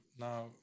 Now